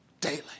Daily